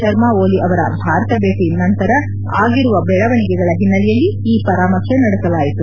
ಶರ್ಮಾ ಓಲಿ ಅವರ ಭಾರತ ಭೇಟ ನಂತರ ಆಗಿರುವ ಬೆಳವಣಿಗೆಗಳ ಹಿನ್ನೆಲೆಯಲ್ಲಿ ಈ ಪರಾಮರ್ಶೆ ನಡೆಸಲಾಯಿತು